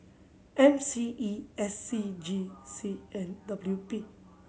M C E S C G C and W P